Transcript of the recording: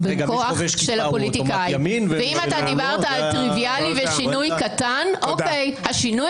פוליטי, כולל מינוי מערכאה לערכאה, והתשובה